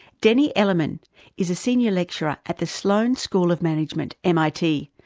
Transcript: denny ellerman is a senior lecturer at the sloan school of management, mit,